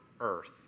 earth